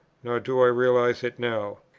nor do i realize it now.